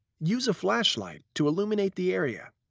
use a flashlight to illuminate the area.